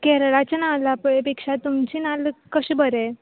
केरळाचे नाल्ल आहा पळय त्या पेक्षा तुमचे नाल्ल कशें बरें